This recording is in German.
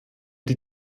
die